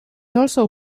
also